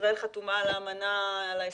ישראל חתומה על ההסכם,